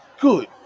good